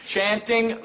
Chanting